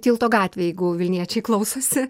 tilto gatvė jeigu vilniečiai klausosi